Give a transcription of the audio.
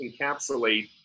encapsulate